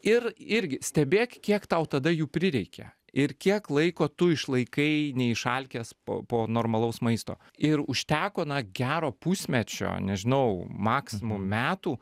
ir irgi stebėk kiek tau tada jų prireikė ir kiek laiko tu išlaikai neišalkęs po po normalaus maisto ir užteko na gero pusmečio nežinau maksimum metų